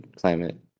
climate